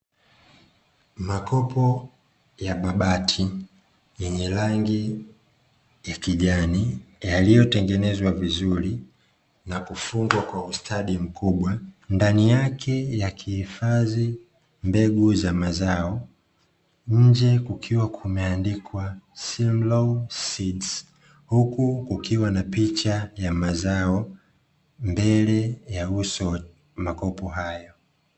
Makopo ya mabati yenye rangi ya kijani yaliyotengenezwa vizuri na kufungwa kwa ustadi mkubwa, ndani yake yakikihifadhi mbegu za mazao, nje kukiwa kumeandikwa "Simlow seeds" huku kukiwa na picha ya mazao mbele ya uso wa makopo hayo.